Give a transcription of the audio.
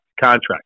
contract